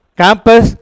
campus